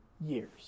years